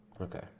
okay